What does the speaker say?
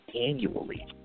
annually